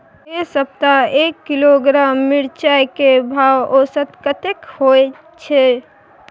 ऐ सप्ताह एक किलोग्राम मिर्चाय के भाव औसत कतेक होय छै?